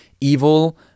evil